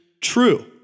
True